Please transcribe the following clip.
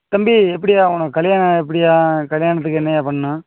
தம்பி எப்படிய்யா உனக்கு கல்யாணம் எப்படிய்யா கல்யாணத்துக்கு என்னைய்யா பண்ணும்